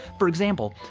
for example,